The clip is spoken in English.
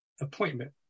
appointment